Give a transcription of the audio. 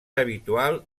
habitual